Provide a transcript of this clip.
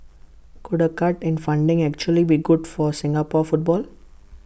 could A cut in funding actually be good for Singapore football